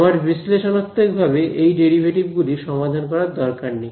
আমার বিশ্লেষণাত্মক ভাবে এই ডেরিভেটিভ গুলি সমাধান করার দরকার নেই